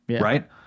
Right